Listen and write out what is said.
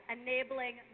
enabling